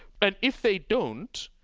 but if they don't,